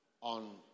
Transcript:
on